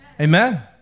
Amen